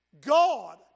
God